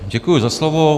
Děkuji za slovo.